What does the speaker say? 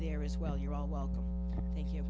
there is well you're all welcome thank you